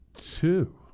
two